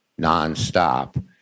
nonstop